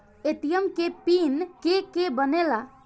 ATM के PIN के के बनेला?